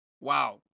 Wow